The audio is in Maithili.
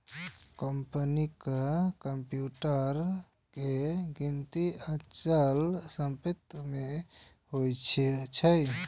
कंपनीक कंप्यूटर के गिनती अचल संपत्ति मे होइ छै